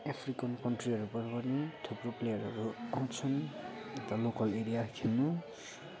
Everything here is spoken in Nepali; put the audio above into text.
एफ्रिकन कन्ट्रीहरूबड पनि थुप्रो प्लेयरहरू आउँछन् यता लोकल एरिया खेल्नु